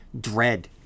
dread